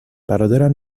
برادرم